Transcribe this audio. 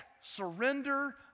surrender